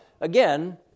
again